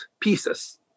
pieces